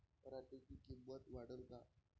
पराटीची किंमत वाढन का?